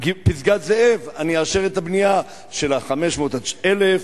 בפסגת-זאב אני אאשר את הבנייה של ה-500 עד 1,000,